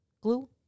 glue